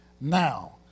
now